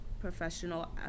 professional